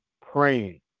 praying